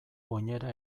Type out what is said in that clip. oinera